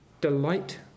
delight